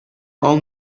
all